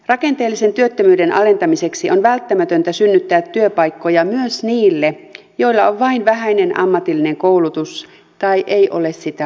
rakenteellisen työttömyyden alentamiseksi on välttämätöntä synnyttää työpaikkoja myös niille joilla on vain vähäinen ammatillinen koulutus tai ei ole sitä lainkaan